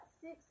six